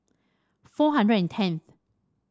four hundred and tenth